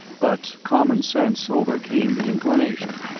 but common sense overcame the inclination.